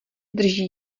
drží